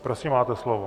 Prosím, máte slovo.